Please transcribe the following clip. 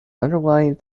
underlying